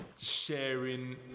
sharing